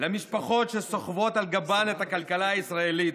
למשפחות שסוחבות על גבן את הכלכלה הישראלית,